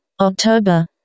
October